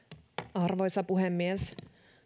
arvoisa puhemies